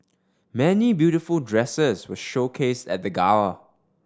many beautiful dresses were showcased at the gala